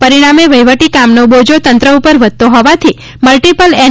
પરિણામે વહીવટી કામનો બોજો તંત્ર ઉપર વધતો હોવાથી મલ્ટીપલ એન